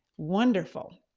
wonderful.